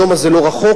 היום הזה לא רחוק,